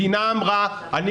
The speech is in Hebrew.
המדינה אמרה: רוצה אני את הכול,